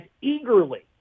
eagerly